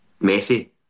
messy